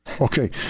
Okay